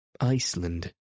Iceland